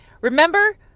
Remember